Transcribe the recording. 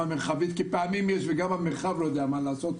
המרחבית כי פעמים יש וגם המרחב לא יודע מה לעשות,